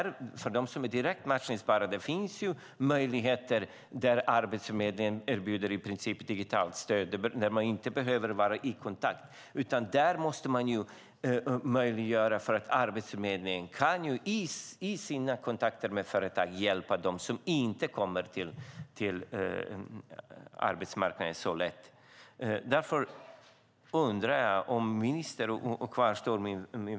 För dem som är direkt matchningsbara finns möjligheter där Arbetsförmedlingen i princip erbjuder digitalt stöd. Då behöver man inte vara i kontakt. Man måste möjliggöra för Arbetsförmedlingen att i sina kontakter med företag hjälpa dem som inte så lätt kommer till arbetsmarknaden. Min fråga till ministern kvarstår.